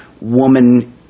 woman